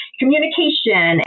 communication